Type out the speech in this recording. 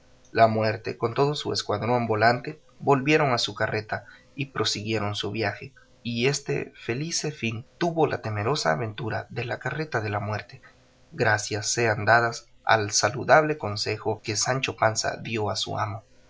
la muerte con todo su escuadrón volante volvieron a su carreta y prosiguieron su viaje y este felice fin tuvo la temerosa aventura de la carreta de la muerte gracias sean dadas al saludable consejo que sancho panza dio a su amo